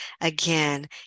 Again